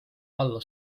alla